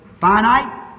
finite